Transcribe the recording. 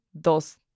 dos